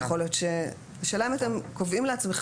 יכול להיות שכדאי להסדיר